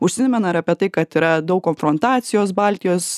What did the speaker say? užsimena ir apie tai kad yra daug konfrontacijos baltijos